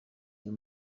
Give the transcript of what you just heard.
uyu